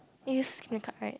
eh use my cup right